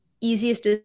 easiest